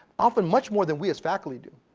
often much more than we of faculty do.